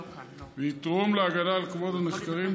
ויתרום להגנה על כבוד הנחקרים,